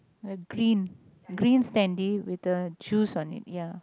the green green sandy with the juice on it ya